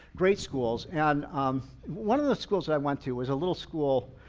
great schools. and one of the schools that i went to was a little school,